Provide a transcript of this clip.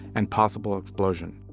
and possible explosion.